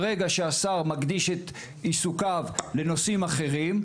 ברגע שהשר מקדיש את עיסוקיו לנושאים אחרים,